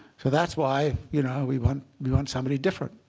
so that's why you know we want we want somebody different.